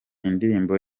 indirimbo